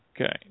Okay